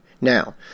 Now